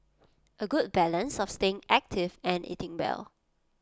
A good balance of staying active and eating well